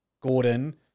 Gordon